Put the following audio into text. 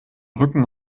rücken